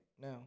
No